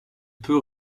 peut